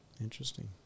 Interesting